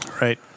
right